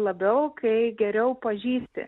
labiau kai geriau pažįsti